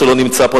שלא נמצא פה,